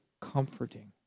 comforting